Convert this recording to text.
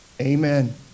Amen